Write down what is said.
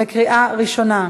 בקריאה ראשונה.